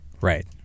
Right